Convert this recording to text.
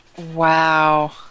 Wow